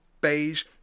beige